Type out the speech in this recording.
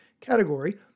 category